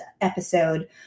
episode